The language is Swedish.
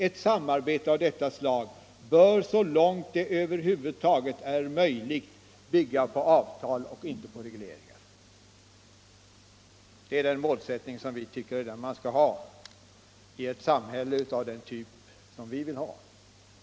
Ett samarbete av detta slag bör så långt det över huvud taget är möjligt bygga på avtal och inte på regleringar.” Det är den målsättningen vi tycker att man skall ha i ett samhälle av den typ vi önskar.